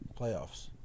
Playoffs